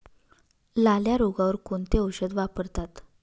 लाल्या रोगावर कोणते औषध वापरतात?